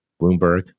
Bloomberg